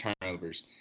turnovers